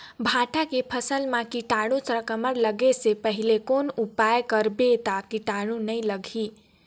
भांटा के फसल मां कीटाणु संक्रमण लगे से पहले कौन उपाय करबो ता कीटाणु नी लगही?